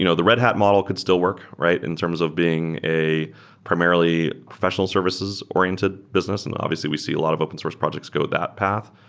you know the red hat model could still work in terms of being a primarily professional services oriented business, and obviously we see a lot of open source projects go that path.